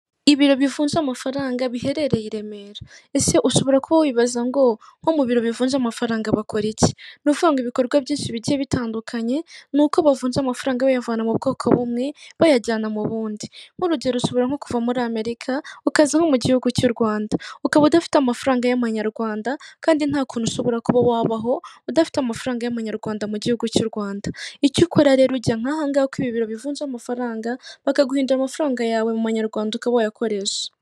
Ibiro bivunja amafaranga biherereye i Remera, ese ushobora kuba wibaza ngo nko mu biro bivuja amafaranga bakora iki nuvanga ibikorwa byinshi bijye bitandukanye nuko bavunja amafaranga bayavana mu bwoko bumwe bayajyana mu bundi, nk'urugero ushobora nko kuva muri Amerika ukaza nko mu gihugu cy'u rwanda ukaba udafite amafaranga y'amanyarwanda kandi nta kuntu ushobora kuba wabaho udafite amafaranga y'umunyarwanda mu gihugu cy'u rwanda icyo ukora rero ujya nkahangagahe kuko ibibero bivunja amafaranga bakaguhindura amafaranga yawe mu banyarwanda uka wayakoresha.